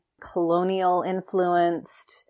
colonial-influenced